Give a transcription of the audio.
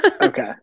Okay